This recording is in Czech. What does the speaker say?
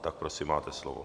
Tak prosím, máte slovo.